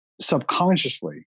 subconsciously